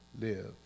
live